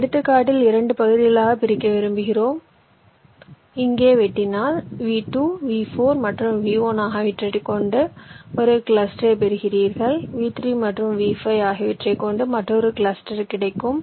இந்த எடுத்துக்காட்டில் 2 பகுதிகளாகப் பிரிக்க விரும்புகிறோம் இங்கே வெட்டினால் V2 V4 மற்றும் V1 ஆகியவற்றைக் கொண்ட ஒரு கிளஸ்டரைப் பெறுவீர்கள் V3 மற்றும் V5 ஆகியவற்றைக் கொண்ட மற்றொரு கிளஸ்டர் கிடைக்கும்